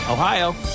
Ohio